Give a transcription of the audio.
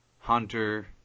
hunter